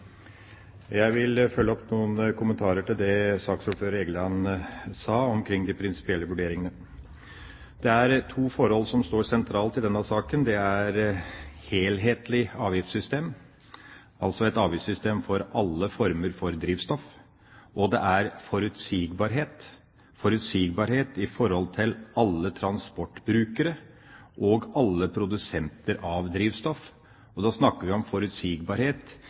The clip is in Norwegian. Jeg vil følge opp med noen kommentarer til det saksordføreren, Egeland, sa om de prinsipielle vurderingene. Det er to forhold som står sentralt i denne saken. Det er et helhetlig avgiftssystem, altså et avgiftssystem for alle former for drivstoff, og det er forutsigbarhet – forutsigbarhet for alle transportbrukere og alle produsenter av drivstoff. Da snakker vi om forutsigbarhet